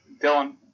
Dylan